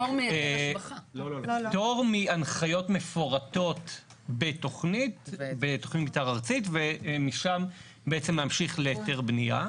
פטור מהנחיות מפורטות בתוכנית מתאר ארצית ומשם בעצם להמשיך להיתר בנייה.